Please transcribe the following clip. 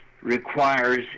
requires